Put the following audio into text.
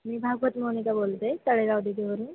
मी भागवत मोनिका बोलते आहे तळेगाव दीघेवरून